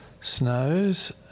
Snow's